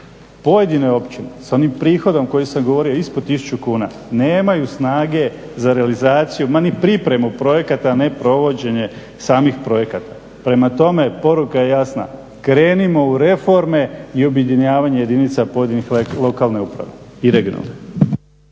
Pojedine općine sa onim prihodom o kojem sam govorio, ispod 1000 kuna, nemaju snage za realizaciju, ma ni pripremu projekata, a ne provođenje samih projekata, prema tome, poruka je jasna. Krenimo u reforme i objedinjavanje jedinica pojedinih lokalnih uprava i regionalnih.